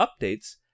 updates